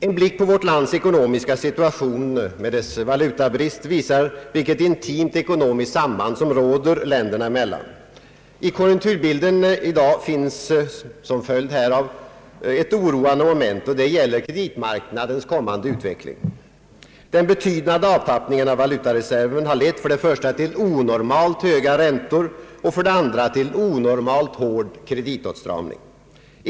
En blick på vårt lands ekonomi med dess valutabrist visar vilket intimt ekonomiskt samband som råder länderna emellan. I konjunkturbilden i dag finns som följd härav ett oroande moment, och det gäller kreditmarknadens kommande utveckling. Den betydande avtappnrningen av valutareserven har lett för det första till onormalt höga räntor och för det andra till onormalt hård kreditåtstramning.